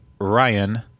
Ryan